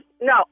no